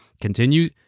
Continue